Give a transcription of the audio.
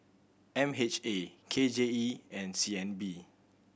M H A K J E and C N B